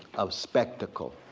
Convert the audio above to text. of spectacle,